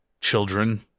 children